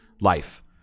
life